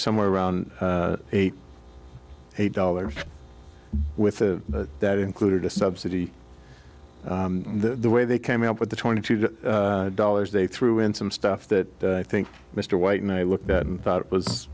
somewhere around eighty eight dollars with the that included a subsidy the way they came up with the twenty two dollars they threw in some stuff that i think mr white and i looked at and thought it was